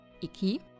IKI